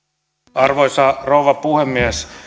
arvoisa rouva puhemies